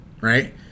right